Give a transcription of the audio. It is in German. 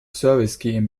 service